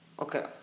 Okay